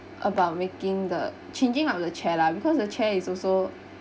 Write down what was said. about making the changing of the chair lah because the chair is also